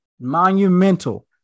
monumental